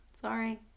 Sorry